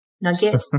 nugget